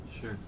Sure